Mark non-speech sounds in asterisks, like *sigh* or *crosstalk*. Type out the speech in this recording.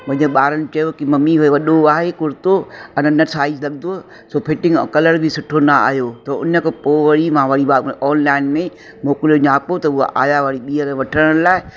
मुंहिंजे ॿारनि चयो की मम्मी भई वॾो आहे कुर्तो *unintelligible* साइज़ लॻंदो सो फिटिंग ऐं कलर बि सुठो न आहियो थो उन खां पोइ वरी मां वरी वा ऑनलाइन में मोकिलियो न्यापो त उहे आहियां वरी ॿीहर वठण लाइ